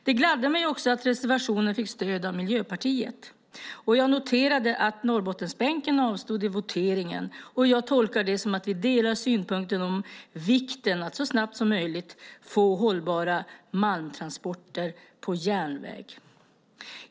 Det gladde mig att reservationen fick stöd av Miljöpartiet, och jag noterade att ledamöterna på Norrbottensbänken vid voteringen avstod från att rösta. Jag tolkar det som att vi delar vikten av att så snabbt som möjligt få hållbara malmtransporter på järnväg.